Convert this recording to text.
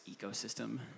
ecosystem